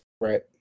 Right